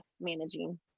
managing